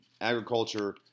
agriculture